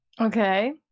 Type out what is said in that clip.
Okay